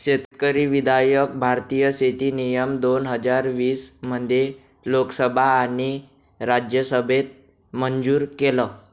शेतकरी विधायक भारतीय शेती नियम दोन हजार वीस मध्ये लोकसभा आणि राज्यसभेत मंजूर केलं